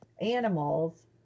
animals